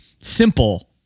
simple